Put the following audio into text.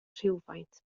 rhywfaint